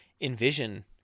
envision